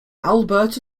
alberta